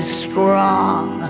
strong